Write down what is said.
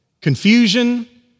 confusion